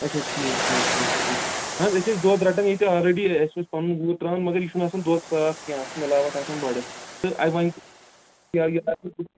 اَچھا ٹھیٖک ٹھیٖک ٹھیٖک ٹھیٖک ٹھیٖک نہَ حظ أسۍ ٲسۍ دۄد رَٹان ییٚتہِ آلریڈی اَسہِ اوس پَنُن گوٗر ترٛاوان مگر یہِ چھُنہٕ آسان دۄد صاف کیٚنٛہہ اَتھ چھُ مِلاوَٹ آسان بَڈٕ تہٕ وۅنۍ